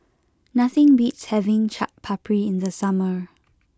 nothing beats having Chaat Papri in the summer